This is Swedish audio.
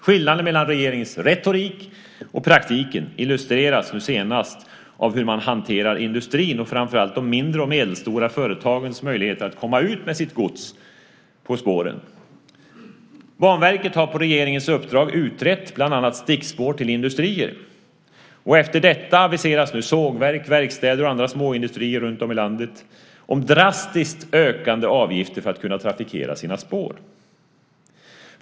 Skillnaden mellan regeringens retorik och praktiken illustreras nu senast av hur man hanterar industrin och framför allt de mindre och medelstora företagens möjligheter att komma ut på spåren med sitt gods. Banverket har på regeringens uppdrag utrett bland annat frågan om stickspår till industrier. Efter detta aviseras nu sågverk, verkstäder och andra småindustrier runtom i landet om drastiskt ökande avgifter för att kunna trafikera spåren.